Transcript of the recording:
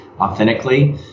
authentically